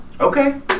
okay